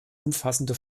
umfassende